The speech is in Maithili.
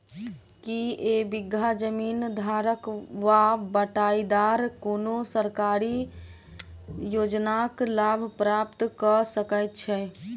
की एक बीघा जमीन धारक वा बटाईदार कोनों सरकारी योजनाक लाभ प्राप्त कऽ सकैत छैक?